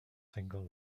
single